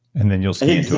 and then, you'll see